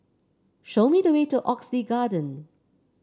show me the way to Oxley Garden